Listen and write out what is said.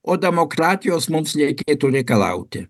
o demokratijos mums nereikėtų reikalauti